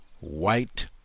white